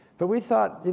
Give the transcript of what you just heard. but we thought,